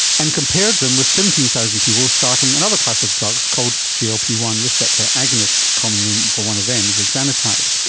and compared them with seventeen thousand people starting another class of drugs called g l p one receptor agonists, a common name for one of them is exenatide.